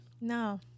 No